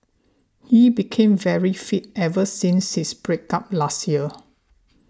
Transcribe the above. he became very fit ever since his break up last year